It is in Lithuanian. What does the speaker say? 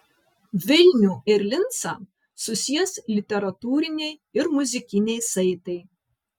vilnių ir lincą susies literatūriniai ir muzikiniai saitai